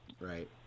Right